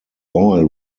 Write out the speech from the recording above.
oil